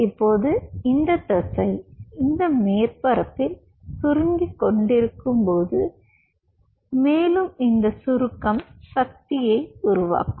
இப்போது இந்த தசை இந்த மேற்பரப்பில் சுருங்கிக்கொண்டிருக்கும் போது மேலும் இந்த சுருக்கம் சக்தியை உருவாக்கும்